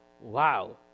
wow